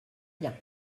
bien